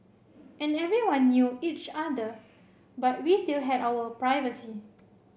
and everyone knew each other but we still had our privacy